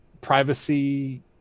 privacy